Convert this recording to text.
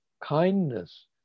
kindness